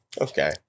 okay